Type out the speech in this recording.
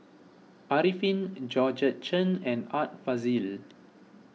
Arifin Georgette Chen and Art Fazil